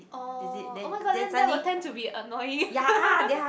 oh oh-my-god then that will tend to be annoying